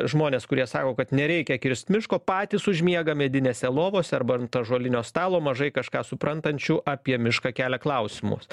žmonės kurie sako kad nereikia kirst miško patys užmiega medinėse lovose arba ant ąžuolinio stalo mažai kažką suprantančių apie mišką kelia klausimus